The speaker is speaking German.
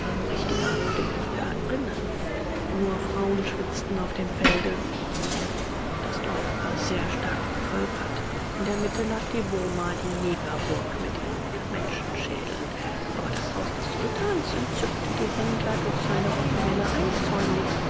richtiger der negerinnen nur frauen schwitzten auf dem felde das dorf war sehr stark bevölkert in der mitte lag die boma die negerburg mit ihren menschenschädeln aber das haus des sultans entzückte die händler durch seine originelle einzäunung